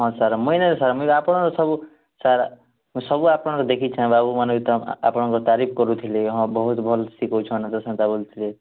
ହଁ ସାର୍ ମୁଇଁ ସାର୍ ମୁଇଁ ଆପଣଙ୍କର ସବୁ ସାର୍ ସବୁ ଆପଣମାନଙ୍କର ଦେଖିଛେ ବାବୁମାନେ ଆପଣଙ୍କର ତାରିଫ କରୁଥିଲେ ହଁ ବହୁତ ଭଲ୍ ଶିଖଉଛନ୍ ବୋଲି ଏମନ୍ତା ସେମନ୍ତା ବୋଲୁଥିଲେ